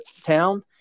town